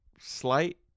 slight